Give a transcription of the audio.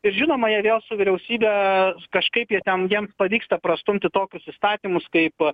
ir žinoma jie vėl su vyriausybe kažkaip jie ten jiems pavyksta prastumti tokius įstatymus kaip